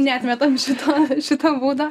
neatmetam šito šito būdo